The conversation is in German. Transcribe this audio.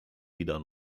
wieder